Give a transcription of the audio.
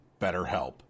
BetterHelp